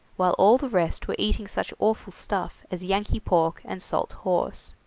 while all the rest were eating such awful stuff as yankee pork and salt horse.